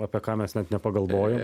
apie ką mes net nepagalvojom